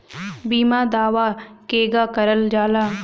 बीमा दावा केगा करल जाला?